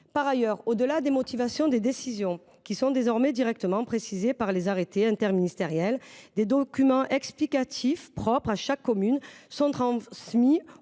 Par ailleurs, au-delà de la motivation des décisions, qui est désormais directement précisée dans les arrêtés interministériels, des documents explicatifs propres à la situation de chaque commune sont transmis